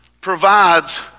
provides